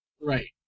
Right